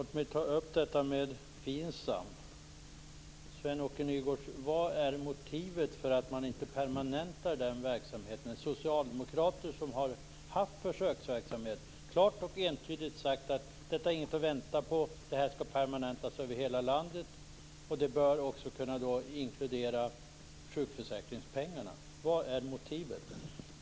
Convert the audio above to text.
Herr talman! Sven-Åke Nygårds, vad är motivet för att man inte permanentar FINSAM-verksamheten? Socialdemokrater som haft försöksverksamhet har ju klart och entydigt sagt att detta inte är något att vänta på utan att det här systemet skall permanentas i hela landet. Det bör kunna inkludera sjukförsäkringspengarna. Vad är alltså motivet?